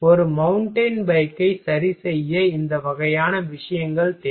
ஒரு மவுண்டன் பைக்கை சரி செய்ய இந்த வகையான விஷயங்கள் தேவை